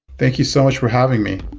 thank you so much for having me.